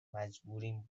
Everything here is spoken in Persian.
مجبوریم